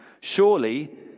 Surely